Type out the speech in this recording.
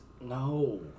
No